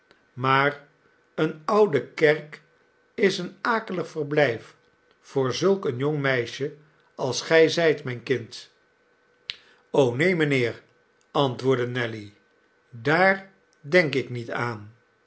maar eene oude kerk is een akelig verblijf voor zulk een jong meisje als gij zijt mijn kind neen mijnheer antwoordde nelly daar denk ik niet aan